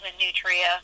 nutria